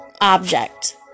object